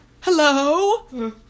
Hello